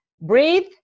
breathe